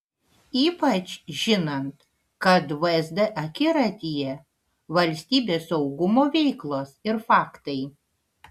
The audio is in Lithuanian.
ypač žinant kad vsd akiratyje valstybės saugumo veiklos ir faktai